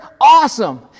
awesome